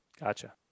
Gotcha